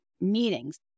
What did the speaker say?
meetings